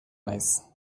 naiz